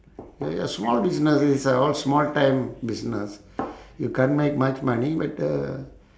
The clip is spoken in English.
ya ya small business is uh all small time business you can't make much money but uh